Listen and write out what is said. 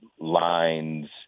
lines